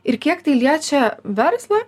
ir kiek tai liečia verslą